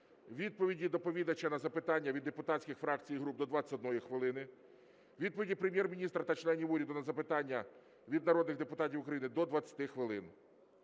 відповіді доповідача на запитання від депутатських фракцій і груп – до 21 хвилини, відповіді Прем'єр-міністра та членів уряду на запитання від народних депутатів України – до 20 хвилин.